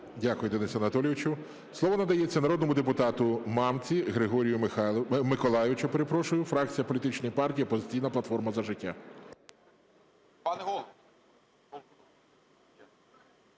Дякую, Денисе Анатолійовичу. Слово надається народному депутату Мамці Григорію Миколайовичу, фракція політичної партії "Опозиційна платформа – За життя".